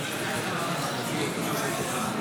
סעיפים 5 7, כהצעת הוועדה, נתקבלו.